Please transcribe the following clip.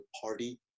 party